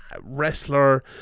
wrestler